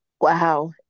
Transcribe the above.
Wow